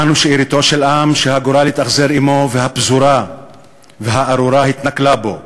אנו שאריתו של עם שהגורל התאכזר לו והפזורה הארורה התנכלה לו.